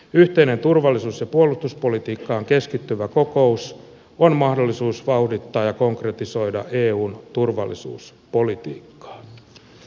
yhteinen turvallisuus ja puolustuspolitiikkaan keskittyvä kokous on mahdollisuus vauhdittaa ja konkretisoida eun turvallisuuspolitiikkaa